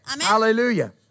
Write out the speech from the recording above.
hallelujah